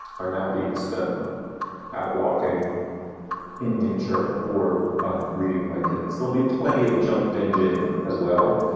are now being spent out walking in nature or reading to my kids. there'll be plenty of junk bingeing as well.